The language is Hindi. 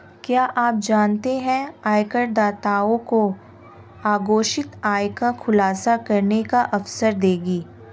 क्या आप जानते है आयकरदाताओं को अघोषित आय का खुलासा करने का अवसर देगी?